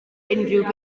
unrhyw